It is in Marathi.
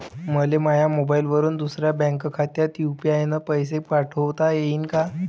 मले माह्या मोबाईलवरून दुसऱ्या बँक खात्यात यू.पी.आय न पैसे पाठोता येईन काय?